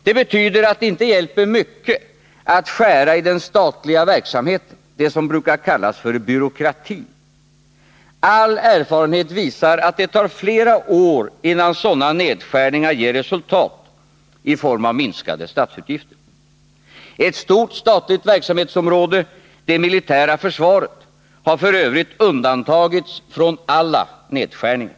Det betyder att det inte hjälper mycket att skära i den statliga verksamheten, det som brukar kallas för byråkratin. All erfarenhet visar att det tar flera år innan sådana nedskärningar ger resultat i form av minskade statsutgifter. Ett stort statligt verksamhetsområde, det militära försvaret, har f. ö. undantagits från alla nedskärningar.